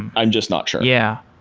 i'm just not sure. yeah.